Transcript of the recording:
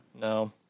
No